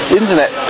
internet